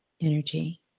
energy